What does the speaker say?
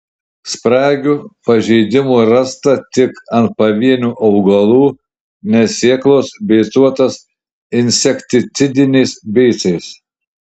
spragių pažeidimų rasta tik ant pavienių augalų nes sėklos beicuotos insekticidiniais beicais